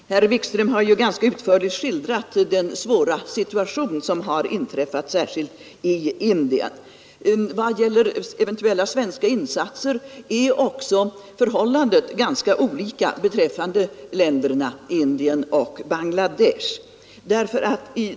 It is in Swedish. Herr talman! Herr Wikström har ju ganska utförligt skildrat den svåra situation som har inträffat särskilt i Indien. Vad gäller eventuella svenska insatser är förhållandet ganska olika beträffande länderna Indien och Bangladesh.